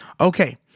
Okay